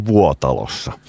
Vuotalossa